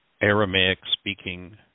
Aramaic-speaking